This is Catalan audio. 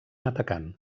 atacant